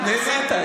ניסית.